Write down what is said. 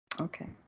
Okay